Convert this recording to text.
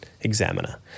Examiner